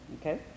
Okay